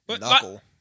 Knuckle